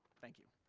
thank you.